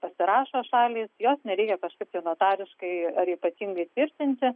pasirašo šalys joms nereikia kažkaip tai notariškai ar ypatingai tvirtinti